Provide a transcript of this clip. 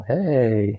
,Hey